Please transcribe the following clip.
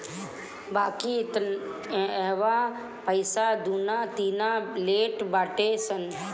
बाकी इहवा पईसा दूना तिना लेट बाटे सन